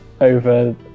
over